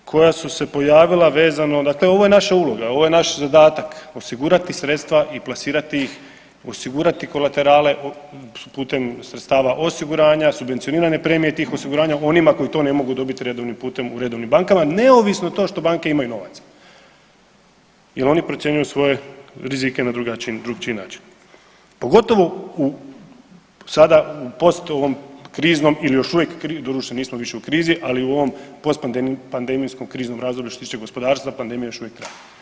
Pitanja koja su se pojavila vezano dakle ovo je naša uloga, ovo je naš zadatak osigurati sredstva i plasirati ih, osigurati kolaterale putem sredstava osiguranja, subvencionirane premije tih osiguranja onima koji to ne mogu dobiti redovnim putem u redovnim bankama, neovisno to što banke imaju novaca jel oni procjenjuju svoje rizike na drukčiji način, pogotovo u post kriznom ili još uvijek doduše nismo više u krizi, ali u ovom post pandemijskom kriznom razdoblju što se tiče gospodarstva, pandemija još uvijek traje.